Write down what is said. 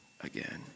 again